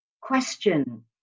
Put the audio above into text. question